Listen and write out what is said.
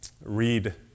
read